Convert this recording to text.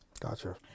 Gotcha